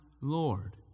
Lord